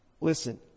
Listen